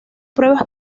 pruebas